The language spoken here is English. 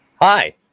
Hi